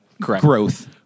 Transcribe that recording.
growth